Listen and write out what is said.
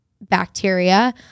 bacteria